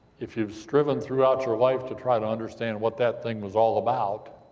if you've striven throughout your life to try to understand what that thing was all about,